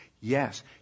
Yes